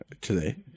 today